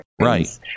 right